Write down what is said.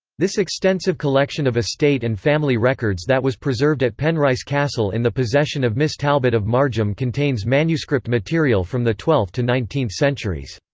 this extensive collection of estate and family records that was preserved at penrice castle in the possession of miss talbot of margam contains manuscript material from the twelfth to nineteenth centuries.